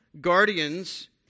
guardians